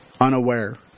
unaware